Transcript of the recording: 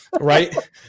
right